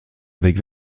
avec